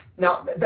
Now